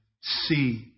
see